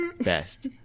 best